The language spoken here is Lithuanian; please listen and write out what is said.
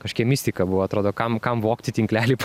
kažkokia mistika buvo atrodo kam kam vogti tinklelį